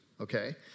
okay